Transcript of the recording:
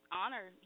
honor